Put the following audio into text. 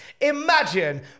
Imagine